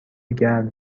گرم